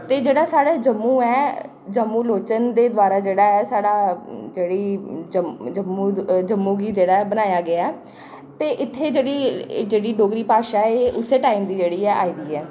ते जेह्ड़ा साढ़ा जम्मू ऐ जाम्बू लोचन दे द्वारा जेह्ड़ा ऐ साढ़ा जेह्ड़ी जम्मू गी जेह्ड़ा बनाया गेआ ते इत्थै जेह्ड़ी जेह्ड़ी डोगरी भाशा ऐ एह् उस्सै टाइम दी जेह्ड़ी ऐ आई दी ऐ